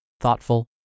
thoughtful